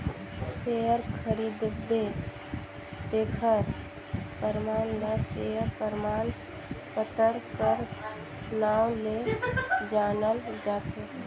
share खरीदबे तेखर परमान ल सेयर परमान पतर कर नांव ले जानल जाथे